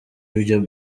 ibyo